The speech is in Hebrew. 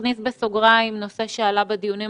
נכניס בסוגריים נושא שעלה בדיוניים